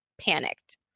panicked